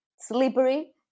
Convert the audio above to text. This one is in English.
slippery